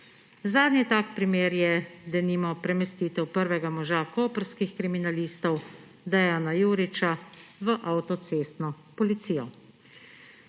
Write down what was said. Zadnji tak primer je denimo premestitev prvega moža koprskih kriminalistov Andreja Juriča v avtocestno policijo.